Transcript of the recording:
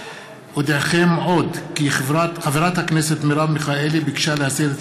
אודיעכם עוד כי חברת הכנסת מרב מיכאלי ביקשה להסיר את